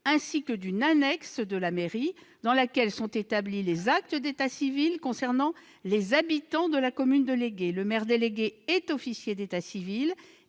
délégué et d'une annexe de la mairie, dans laquelle sont établis les actes d'état civil concernant les habitants de la commune déléguée. Le maire délégué est officier d'état civil